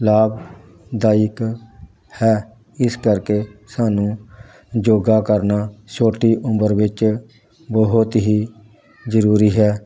ਲਾਭਦਾਇਕ ਹੈ ਇਸ ਕਰਕੇ ਸਾਨੂੰ ਯੋਗਾ ਕਰਨਾ ਛੋਟੀ ਉਮਰ ਵਿੱਚ ਬਹੁਤ ਹੀ ਜ਼ਰੂਰੀ ਹੈ